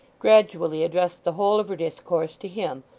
gradually addressed the whole of her discourse to him,